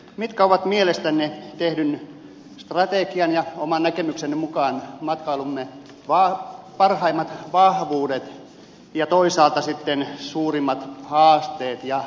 mitkä ovat mielestänne tehdyn strategian ja oman näkemyksenne mukaan matkailumme parhaimmat vahvuudet ja toisaalta sitten suurimmat haasteet ja riskit